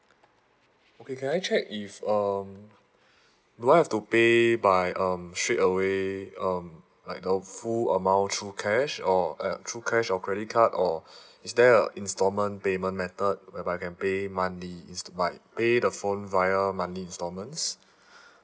okay can I check if um do I have to pay by um straight away um like the full amount through cash or uh through cash or credit card or is there a installment payment method whereby I can pay monthly instead by pay the phone via monthly installments